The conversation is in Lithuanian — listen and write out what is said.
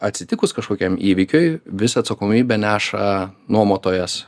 atsitikus kažkokiam įvykiui visą atsakomybę neša nuomotojas